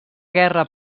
guerra